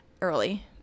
early